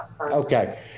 Okay